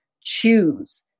choose